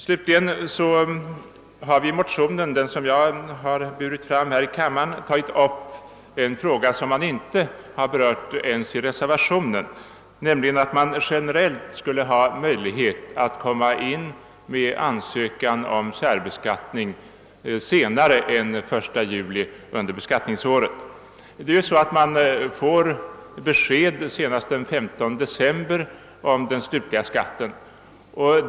Slutligen har vi i en motion som jag varit med om att väcka i denna kammare tagit upp en fråga som inte berörs i reservationen, nämligen att man generellt skulle ha möjlighet att lämna in ansökan om särbeskattning senare än den 1 juli under beskattningsåret. Senast den 15 december får man ju besked om den slutliga skatten.